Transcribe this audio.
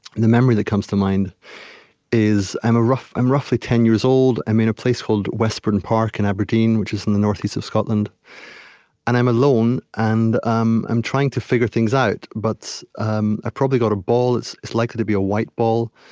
the memory that comes to mind is, i'm ah roughly i'm roughly ten years old i'm in a place called westburn park in aberdeen, which is in the northeast of scotland and i'm alone, and um i'm trying to figure things out. but i've probably got a ball it's it's likely to be a white ball.